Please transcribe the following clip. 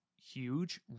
huge